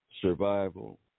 survival